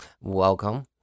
welcome